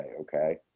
okay